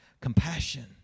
compassion